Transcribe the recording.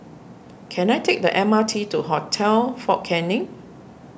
can I take the M R T to Hotel fort Canning